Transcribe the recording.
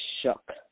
shook